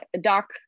Doc